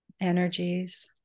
energies